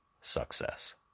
success